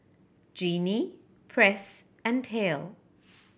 Genie Press and Hale